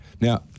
Now